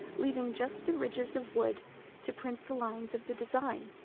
leaving just the ridges of wood to print the lines of the design.